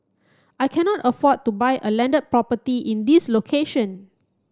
I cannot afford to buy a landed property in this location